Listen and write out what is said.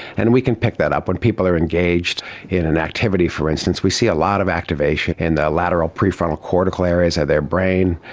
and we can pick that up. when people are engaged in an activity, for instance, we see a lot of activation in the lateral prefrontal cortical areas of their brain.